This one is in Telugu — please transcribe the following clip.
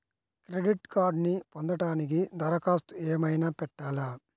క్రెడిట్ కార్డ్ను పొందటానికి దరఖాస్తు ఏమయినా పెట్టాలా?